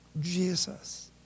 Jesus